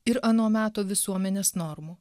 ir ano meto visuomenės normų